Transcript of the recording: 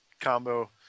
combo